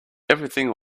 everything